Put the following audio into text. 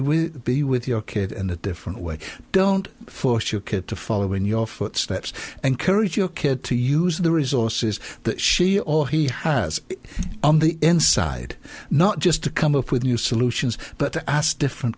will be with your kid in a different way don't force your kid to follow in your footsteps encourage your kid to use the resources that she or he has on the inside not just to come up with new solutions but ask different